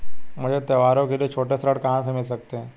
मुझे त्योहारों के लिए छोटे ऋण कहां से मिल सकते हैं?